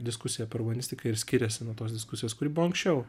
diskusija apie urbanstiką ir skiriasi nuo tos diskusijos kuri buvo anksčiau